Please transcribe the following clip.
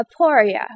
aporia